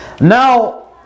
Now